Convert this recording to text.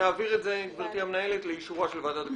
ונעביר את זה לאישורה של ועדת הכנסת,